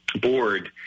board